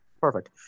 Perfect